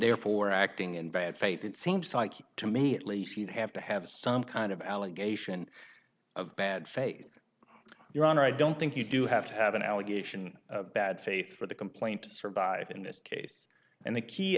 therefore acting in bad faith it seems like to me at least you'd have to have some kind of allegation of bad faith your honor i don't think you do have to have an allegation bad faith for the complaint to survive in this case and the key